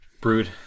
Brood